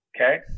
Okay